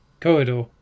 corridor